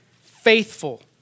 faithful